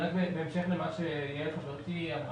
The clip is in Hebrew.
בהמשך למה שאמרה חברתי,